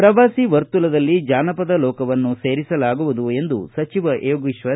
ಪ್ರವಾಸಿ ವರ್ತುಲದಲ್ಲಿ ಜಾನಪದ ಲೋಕವನ್ನು ಸೇರಿಸಲಾಗುವುದು ಎಂದರು